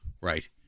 Right